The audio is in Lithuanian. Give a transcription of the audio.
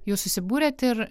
jūs susibūrėt ir